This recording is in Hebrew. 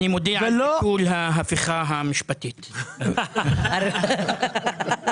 (היו"ר אחמד טיבי, 13:12)